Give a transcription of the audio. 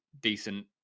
decent